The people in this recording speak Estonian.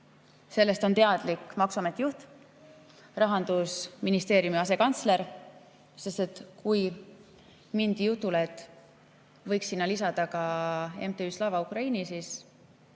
Sellest on teadlik maksuameti juht ja Rahandusministeeriumi asekantsler. Sest kui mindi sinna jutule, et võiks sinna lisada ka MTÜ Slava Ukraini, siis